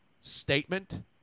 statement